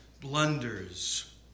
blunders